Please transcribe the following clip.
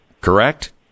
correct